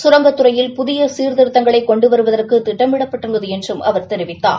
கரங்கத்துறையில் புதிய சீர்திருத்தங்களை கொண்டு வருவதற்கு திட்டமிடப்பட்டுள்ளதாகவும் அவர் தெரிவித்தார்